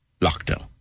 lockdown